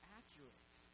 accurate